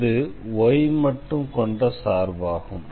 இது y மட்டும் கொண்ட சார்பாகும்